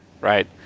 Right